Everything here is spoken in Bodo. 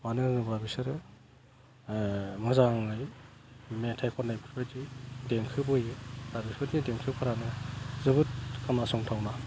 मानो होनोब्ला बिसोरो मोजाङै मेथाइ खननायबायदि देंखो बोयो आरो बेफोरनि देंखोफोरानो जोबोद खोनासंथावना